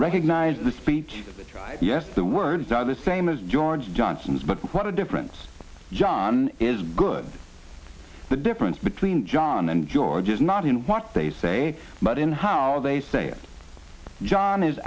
recognize the speech yes the words are the same as george johnson's but what a difference john is good the difference between john and george is not in what they say but in how they say it john is